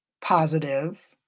positive